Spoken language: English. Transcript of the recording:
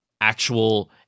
actual